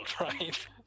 right